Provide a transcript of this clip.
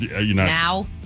now